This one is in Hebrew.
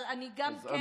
אבל אני גם כן מבקשת,